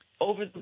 over